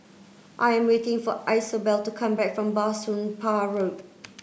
I am waiting for Isobel to come back from Bah Soon Pah Road